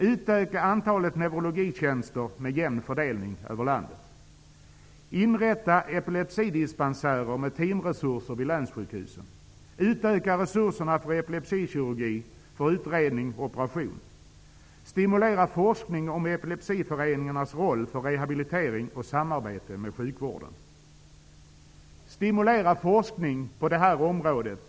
Utöka antalet neurologitjänster, med jämn fördelning över landet. Utöka resurserna för epilepsikirurgi, för utredning och operation. Stimulera forskning om epilepsiföreningarnas roll för rehabilitering och samarbete med sjukvården. Stimulera forskning på det här området.